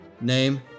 name